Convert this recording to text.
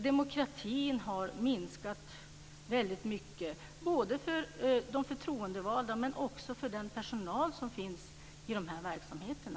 Demokratin har minskat väldigt mycket för de förtroendevalda men också för den personal som finns i de här verksamheterna.